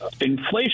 inflation